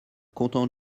content